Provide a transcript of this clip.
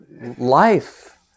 life